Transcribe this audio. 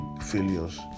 failures